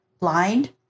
blind